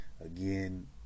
Again